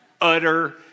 Utter